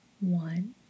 One